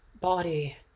body